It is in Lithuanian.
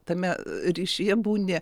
tame ryšyje būni